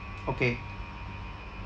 okay